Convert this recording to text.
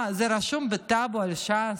מה, זה רשום בטאבו על ש"ס?